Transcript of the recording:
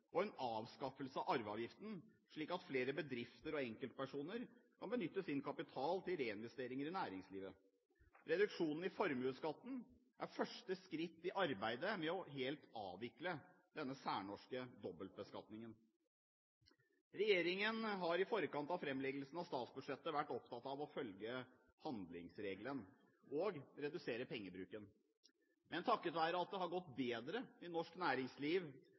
formuesskatten og avskaffelse av arveavgiften, slik at flere bedrifter og enkeltpersoner kan benytte sin kapital til reinvesteringer i næringslivet. Reduksjonen i formuesskatten er første skritt i arbeidet med helt å avvikle denne særnorske dobbeltbeskatningen. Regjeringen har i forkant av framleggelsen av statsbudsjettet vært opptatt av å følge handlingsregelen og redusere pengebruken. Men takket være at det har gått bedre i norsk næringsliv